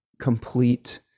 complete